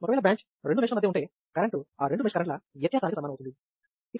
ఒకవేళ బ్రాంచ్ రెండు మెష్ ల మధ్య ఉంటే కరెంటు ఆ రెండు మెష్ కరెంట్ ల వ్యత్యాసానికి సమానం అవుతుంది